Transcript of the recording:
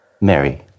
mary